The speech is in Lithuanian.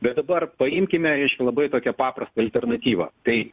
bet dabar paimkime reiškia labai tokią paprastą alternatyvą tai